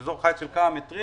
זה אזור חיץ של כמה מטרים,